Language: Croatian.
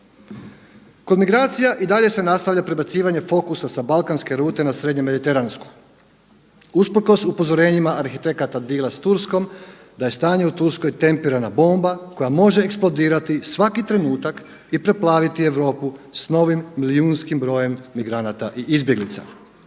Kod migracija i dalje se nastavlja prebacivanje fokusa sa balkanske rute na srednje mediteransku. Usprkos upozorenjima arhitekata … s Turskom da je stanje u Turskoj tempirana bomba koja može eksplodirati svaki trenutak i preplaviti Europu s novim milijunskim brojem migranata i izbjeglica.